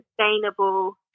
sustainable